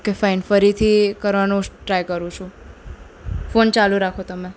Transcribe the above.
okay fine ફરીથી કરવાનો try કરું છું ફોન ચાલું રાખો તમે